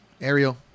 Ariel